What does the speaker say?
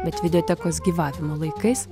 bet videotekos gyvavimo laikais